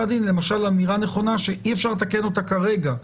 הדין אמירה נכונה שאי- אפשר לתקן אותה כרגע.